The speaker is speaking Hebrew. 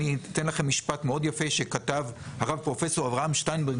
אני אתן לכם משפט מאוד יפה שכתב הרב פרופ' אברהם שטיינברג.